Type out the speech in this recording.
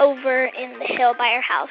over in the hill by our house.